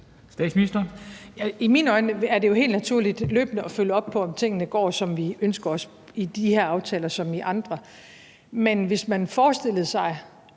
I mine øjne er det jo helt naturligt løbende at følge op på, om tingene går, som vi ønsker os, i de her aftaler såvel som i andre. Men hvis man forestiller sig,